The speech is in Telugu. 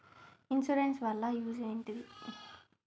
ఇన్సూరెన్స్ వాళ్ల యూజ్ ఏంటిది?